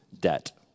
debt